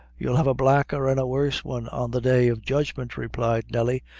you'll have a blacker an' a worse one on the day of judgment, replied nelly,